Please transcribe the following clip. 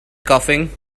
coughing